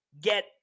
get